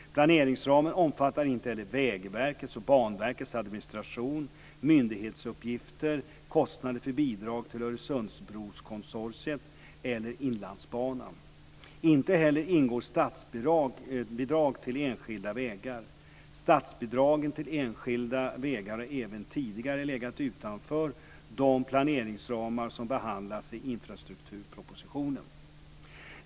Planeringsramen omfattar inte heller Vägverkets och Banverkets administration, myndighetsuppgifter, kostnader för bidrag till Öresundsbrokonsortiet eller Inlandsbanan. Inte heller ingår statsbidrag till enskilda vägar. Statsbidragen till enskilda vägar har även tidigare legat utanför de planeringsramar som behandlas i infrastrukturpropositionen.